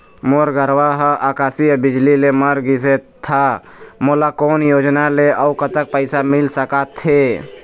मोर गरवा हा आकसीय बिजली ले मर गिस हे था मोला कोन योजना ले अऊ कतक पैसा मिल सका थे?